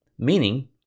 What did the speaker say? Meaning